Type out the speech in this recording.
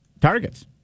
targets